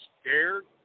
scared